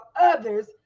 others